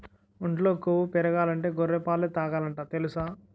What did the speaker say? ఒంట్లో కొవ్వు పెరగాలంటే గొర్రె పాలే తాగాలట తెలుసా?